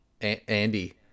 Andy